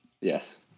Yes